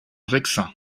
vexin